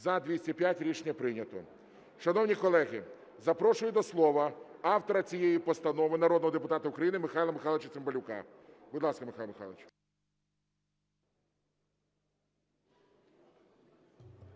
За-205 Рішення прийнято. Шановні колеги, запрошую до слова автора цієї постанови, народного депутата України Михайла Михайловича Цимбалюка. Будь ласка, Михайло Михайлович.